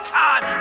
time